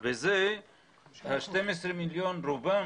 ה-12 מיליון שקלים,